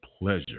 pleasure